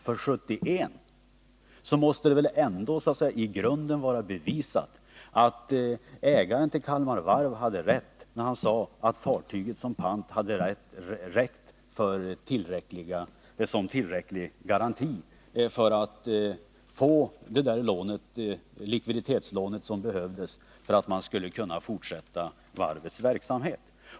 Därmed måste det väl ändå i grunden vara bevisat att ägaren till Kalmar Varv hade rätt när han sade att fartyget som pant hade varit en tillräcklig garanti för att få det likviditetslån som behövdes för att kunna fortsätta varvets verksamhet.